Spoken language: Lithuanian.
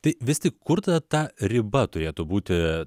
tai vis tik kur ta ta riba turėtų būti